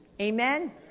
Amen